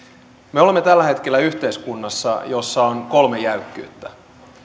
me olemme tällä hetkellä yhteiskunnassa jossa on kolme jäykkyyttä